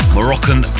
Moroccan